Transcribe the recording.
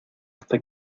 hasta